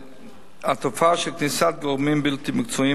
התופעה של כניסת גורמים בלתי מקצועיים